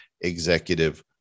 executive